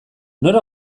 nor